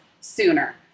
sooner